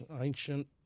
Ancient